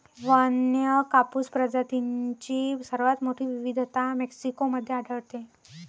वन्य कापूस प्रजातींची सर्वात मोठी विविधता मेक्सिको मध्ये आढळते